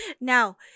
now